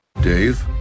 Dave